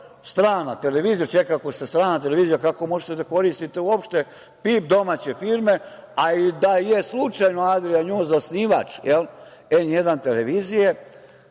strana televizija. Čekajte, ako ste strana televizija, kako možete da koristite uopšte PIB domaće firme, a i da je slučajno „Adrija Njuz“ osnivač N1 televizije,